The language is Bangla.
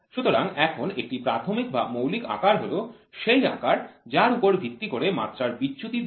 সুতরাং এখন একটি প্রাথমিক বা মৌলিক আকার হল সেই আকার যার ওপর ভিত্তি করে মাত্রার বিচ্যুতি দেওয়া হয়